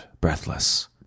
breathless